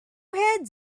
heads